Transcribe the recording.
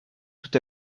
tout